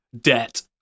Debt